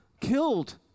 killed